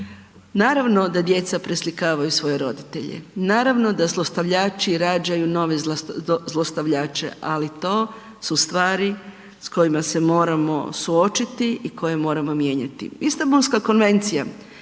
Naravno da djeca preslikavaju svoje roditelje, naravno da zlostavljači rađaju nove zlostavljače, ali to su stvari s kojima se moramo suočiti i koje moramo mijenjati. Istambulska konvencija